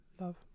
love